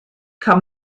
kann